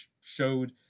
showed